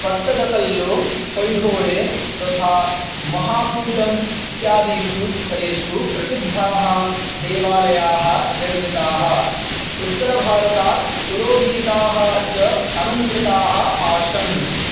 पट्टदकल्लु ऐहोळे तथा महाकूटम् इत्यादिषु स्थलेषु प्रसिद्धाः देवालयाः निर्मिताः उत्तरभारतात् पुरोहिताः च आमन्त्रिताः आसन्